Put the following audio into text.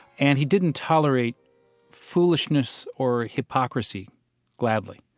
and he didn't tolerate foolishness or hypocrisy gladly.